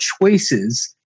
choices